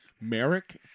Merrick